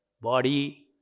body